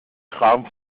kram